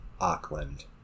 Auckland